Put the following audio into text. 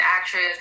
actress